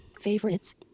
Favorites